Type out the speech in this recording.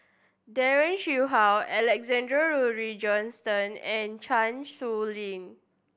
Daren Shiau Alexander Laurie Johnston and Chan Sow Lin